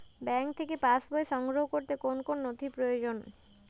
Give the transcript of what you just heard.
Bank থেকে pass বই সংগ্রহ করতে কোন কোন নথি প্রয়োজন?